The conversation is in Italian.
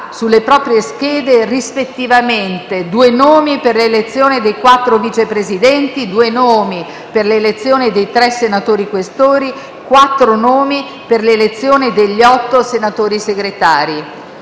sulle proprie schede, rispettivamente, due nomi per l’elezione dei quattro Vice Presidenti; due nomi per l’elezione dei tre senatori Questori; quattro nomi per l’elezione degli otto senatori Segretari.